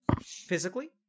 Physically